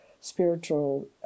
spiritual